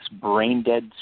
brain-dead